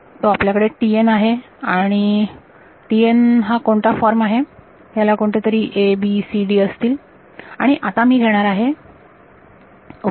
तो आपल्याकडे आहे आणि हा कोणता फॉर्म आहे ह्याला कोणतेतरी A B C D असतील आणि आणि आता मी घेणार आहे ओके